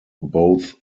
both